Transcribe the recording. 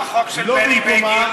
אבל החוק של בני בגין,